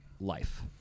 life